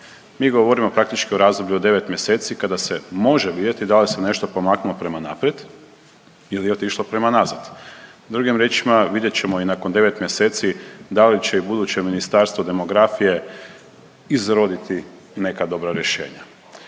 Mi govorimo praktički o razdoblju od 9 mjeseci kada se može vidjeti da li se nešto pomaknulo prema naprijed ili je otišlo prema nazad. Drugim riječima, vidjet ćemo i nakon 9 mjeseci da li će i buduće Ministarstvo demografije izroditi neka dobra rješenja.